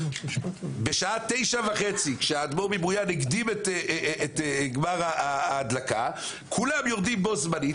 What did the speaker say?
בשעה 21:30 כשהאדמו"ר מבויאן הקדים את גמר ההדלקה כולם ירדו בו-זמנית,